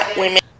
women